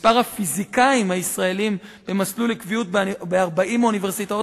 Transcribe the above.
מספר הפיזיקאים הישראלים במסלול קביעות ב-40 האוניברסיטאות